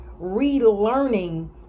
relearning